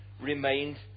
remained